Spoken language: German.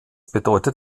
bedeutet